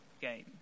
game